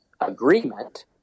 agreement